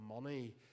money